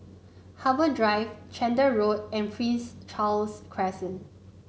Harbour Drive Chander Road and Prince Charles Crescent